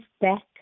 back